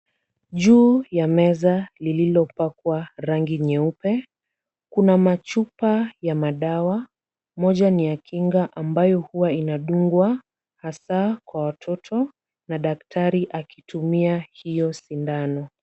Juu ya meza lililopakwa rangi nyeupe, kuna machupa ya madawa. Moja ni ya kinga ambayo huwa inadungwa hasaa kwa watoto na daktari akitumia hiyo sindano.